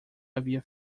havia